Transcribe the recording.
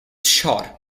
shot